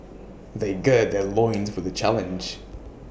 they gird their loins for the challenge